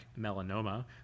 melanoma